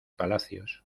palacios